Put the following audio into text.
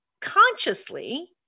consciously